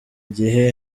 gihe